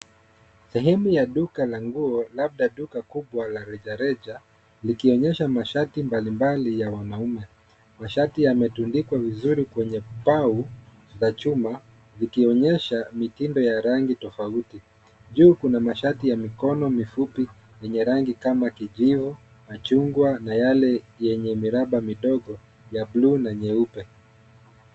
Sehemu ya duka la nguo labda duka kubwa la rejereja likionyesha mashati mbalimbali ya wanaume. Mashati yametundikwa vizuri kwenye pau la chuma; likionyesha mitindo ya rangi tofauti. Juu kuna mashati ya mikono mifupi yenye rangi kama kijivu, machungwa na yale yenye miraba midogo ya buluu na nyeupe.